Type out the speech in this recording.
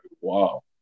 Wow